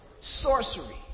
Sorcery